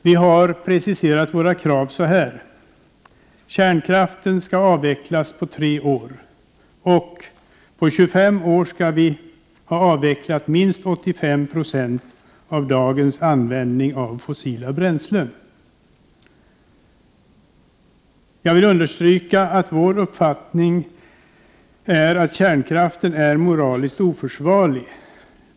Vi har preciserat våra krav så här: På 25 år skall vi ha avvecklat minst 85 90 av dagens användning av fossila bränslen. Jag vill understryka att vår uppfattning är att kärnkraften är moraliskt oförsvarlig.